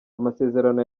amasezerano